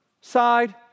side